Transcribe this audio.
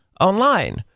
online